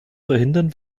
verhindern